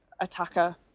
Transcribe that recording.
attacker